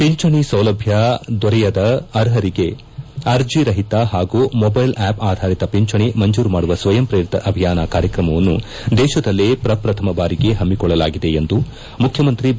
ಪಿಂಚಣಿ ಸೌಲಭ್ಯ ದೊರೆಯದ ಅರ್ಹರಿಗೆ ಅರ್ಜಿರಹಿತ ಹಾಗೂ ಮೊಬೈಲ್ ಆಪ್ ಆಧಾರಿತ ಪಿಂಚಣಿ ಮಂಜೂರು ಮಾಡುವ ಸ್ವಯಂಪ್ರೇರಿತ ಅಭಿಯಾನ ಕಾರ್ಯತ್ರಮವನ್ನು ದೇಶದಲ್ಲೇ ಪ್ರಪ್ರಥಮ ಬಾರಿಗೆ ಹಮ್ಮಿಕೊಳ್ಳಲಾಗಿದೆ ಎಂದು ಮುಖ್ಯಮಂತ್ರಿ ಬಿ